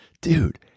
dude